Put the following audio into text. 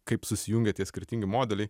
kaip susijungia tie skirtingi modeliai